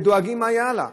שדואגים מה יהיה הלאה,